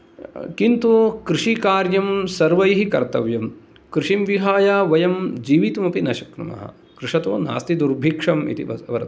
किन्तु कृषिकार्यं सर्वैः कर्तव्यं कृषिं विहाय वयं जीवितुमपि न शक्नुमः कृषतु नास्ति दुर्भिक्षम् इति वस् वर्तते